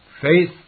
faith